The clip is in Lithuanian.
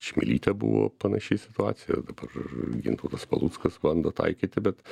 čmilyte buvo panaši situacija dabar gintautas paluckas bando taikyti bet